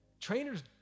trainers